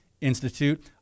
Institute